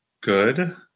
good